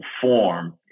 form